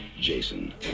jason